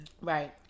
Right